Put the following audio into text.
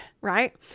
right